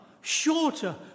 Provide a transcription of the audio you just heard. shorter